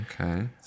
Okay